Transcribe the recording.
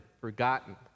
forgotten